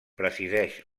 presideix